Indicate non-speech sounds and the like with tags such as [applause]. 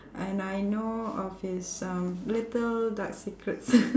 and I know of his um little dark secret [noise]